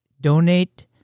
donate